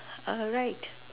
ah right